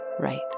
Right